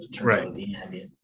Right